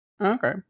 Okay